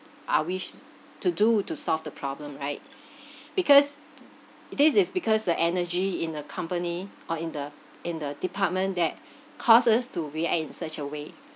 I wish to do to solve the problem right because this is because the energy in the company or in the in the department that cause us to react in such a way